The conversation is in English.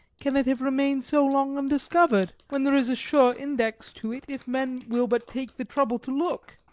can it have remained so long undiscovered, when there is a sure index to it if men will but take the trouble to look?